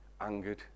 angered